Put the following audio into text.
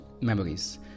memories